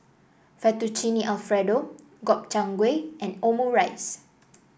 Fettuccine Alfredo Gobchang Gui and Omurice